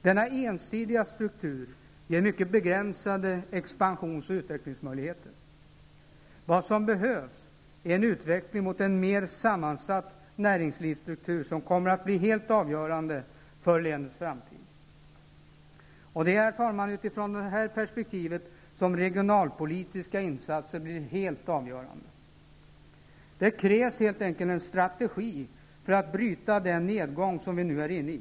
Denna ensidiga struktur ger mycket begränsade expansions och utvecklingsmöjligheter. Vad som behövs är en utveckling mot en mer sammansatt näringslivsstruktur som kommer att bli helt avgörande för länets framtid. Herr talman! Det är utifrån det här perspektivet som regionalpolitiska insatser blir helt avgörande. Det krävs helt enkelt en strategi för att bryta den nedgång som vi nu är inne i.